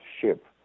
ship